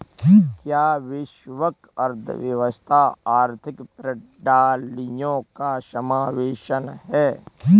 क्या वैश्विक अर्थव्यवस्था आर्थिक प्रणालियों का समावेशन है?